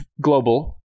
global